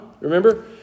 Remember